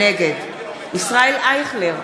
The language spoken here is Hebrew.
נגד ישראל אייכלר,